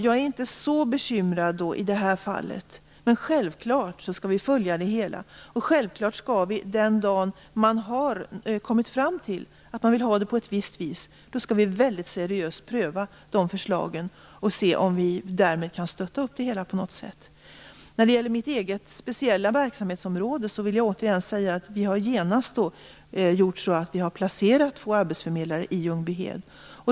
Jag är inte så bekymrad i det här fallet. Men självklart skall vi följa det hela, och självklart skall vi den dagen man har kommit fram till att man vill ha det på ett visst sätt väldigt seriöst pröva förslagen och se om vi kan stötta upp det hela på något sätt. När det gäller mitt eget speciella verksamhetsområde vill jag återigen säga att vi genast placerade två arbetsförmedlare i Ljungbyhed.